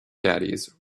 caddies